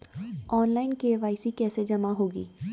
Online KYC कैसे जमा होगी?